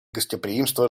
гостеприимство